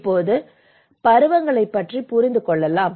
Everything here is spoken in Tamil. இப்போது பருவங்களைப் பற்றி புரிந்துகொள்ளலாம்